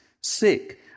sick